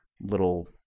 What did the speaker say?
little